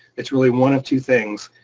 it's really one of two things.